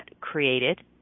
created